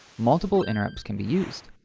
multiple interrupts can be used.